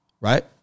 right